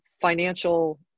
financial